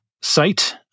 site